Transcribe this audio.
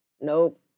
nope